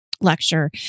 lecture